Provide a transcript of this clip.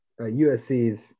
USC's